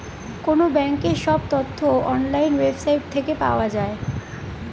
কোনো ব্যাঙ্কের সব তথ্য অনলাইন ওয়েবসাইট থেকে পাওয়া যায়